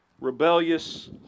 rebellious